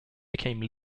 became